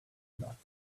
nothing